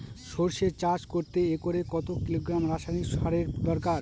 সরষে চাষ করতে একরে কত কিলোগ্রাম রাসায়নি সারের দরকার?